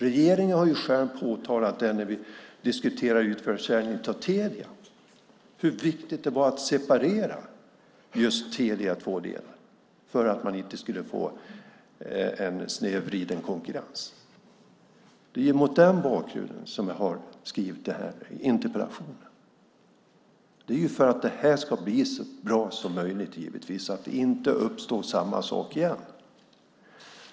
Regeringen har själv påtalat den när vi diskuterade utförsäljningen av Telia och hur viktigt det är att man separerar Telia i två delar för att man inte ska få en snedvriden konkurrens. Det är mot den bakgrunden som jag har skrivit interpellationen. Det är givetvis för att det ska bli så bra som möjligt så att det inte uppstår samma sak igen.